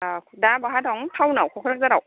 औ दा बबेयाव दं टाउन आव क'क्राझाराव